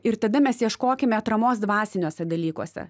ir tada mes ieškokime atramos dvasiniuose dalykuose